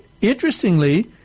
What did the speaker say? interestingly